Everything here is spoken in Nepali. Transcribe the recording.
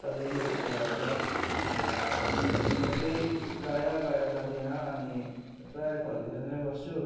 तपाईँले लुडो खेल्दा हुन्छ म चाहिँ प्रायः बाहिर जादिनँ अनि प्रायः घरभित्र नै बस्छु